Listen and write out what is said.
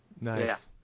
Nice